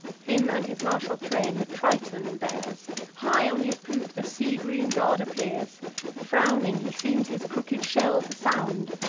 him and his martial train the triton bears high on his poop the sea-green god appears frowning he seems his crooked shell to sound,